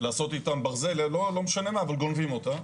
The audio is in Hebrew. לעשות איתה ברזל, לא משנה מה, אבל גונבים אותה,